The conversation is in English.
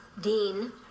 Dean